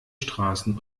straßen